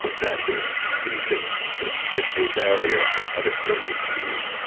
that his you can hit hit a barrier at a certain speed.